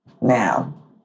Now